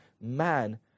man